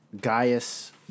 Gaius